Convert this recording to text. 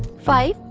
five,